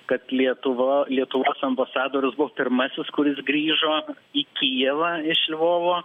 kad lietuva lietuvos ambasadorius buvo pirmasis kuris grįžo į kijevą iš lvovo